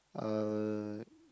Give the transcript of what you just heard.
uh